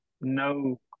no